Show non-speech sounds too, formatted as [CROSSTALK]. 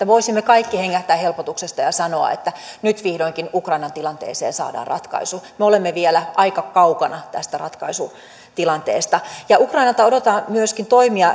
[UNINTELLIGIBLE] voisimme kaikki hengähtää helpotuksesta ja sanoa että nyt vihdoinkin ukrainan tilanteeseen saadaan ratkaisu me olemme vielä aika kaukana tästä ratkaisutilanteesta ukrainalta odotetaan myöskin toimia